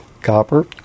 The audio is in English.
copper